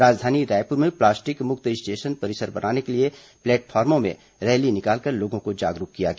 राजधानी रायपुर में प्लास्टिक मुक्त स्टेशन परिसर बनाने के लिए प्लेटाफॉर्मो में रैली निकालकर लोगों को जागरूक किया गया